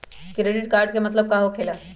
Credit card के मतलब का होकेला?